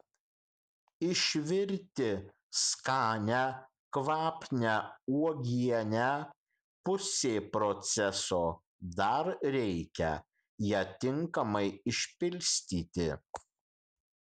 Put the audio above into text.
išvirti skanią kvapnią uogienę pusė proceso dar reikia ją tinkamai išpilstyti